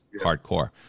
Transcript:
hardcore